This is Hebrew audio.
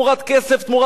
תמורת פיצויים,